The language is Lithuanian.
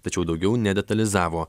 tačiau daugiau nedetalizavo